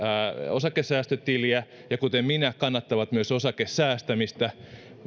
osakesäästötiliä ja kuten minä kannattavat myös osakesäästämistä